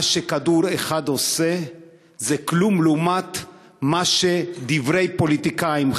מה שכדור אחד עושה זה כלום לעומת מה שעושים דברי פוליטיקאים,